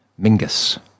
Mingus